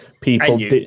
people